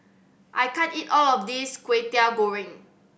I can't eat all of this Kwetiau Goreng